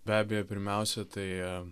be abejo pirmiausia tai